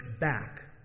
back